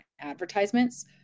advertisements